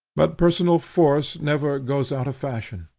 but personal force never goes out of fashion.